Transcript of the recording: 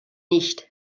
nicht